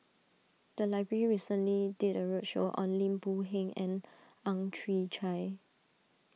the library recently did a roadshow on Lim Boon Heng and Ang Chwee Chai